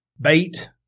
bait